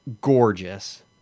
gorgeous